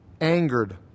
angered